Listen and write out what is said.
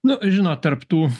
nu žinot tarp tų